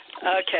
Okay